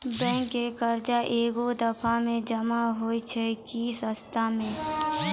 Bank के कर्जा ऐकै दफ़ा मे जमा होय छै कि किस्तो मे?